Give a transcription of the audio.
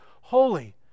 holy